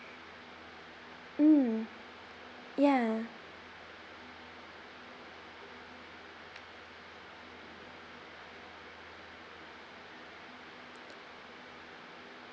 mm ya